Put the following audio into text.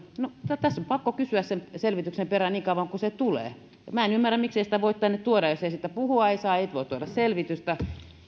no tässä on pakko kysyä sen selvityksen perään niin kauan kunnes se tulee minä en ymmärrä miksei sitä voi tänne tuoda jos ei siitä puhua saa ei voi tuoda selvitystä